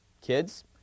kids